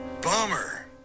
Bummer